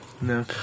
No